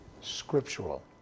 scriptural